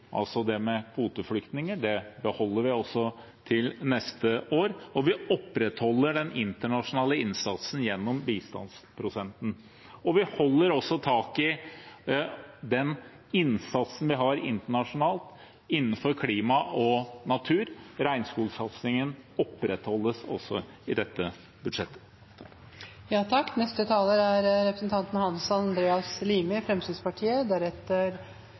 det med kvoteflyktninger beholder vi også til neste år, og vi opprettholder den internasjonale innsatsen gjennom bistandsprosenten. Vi holder også tak i den innsatsen vi har internasjonalt innenfor klima og natur. Regnskogsatsingen opprettholdes også i dette budsjettet. I motsetning til hos representanten